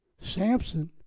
Samson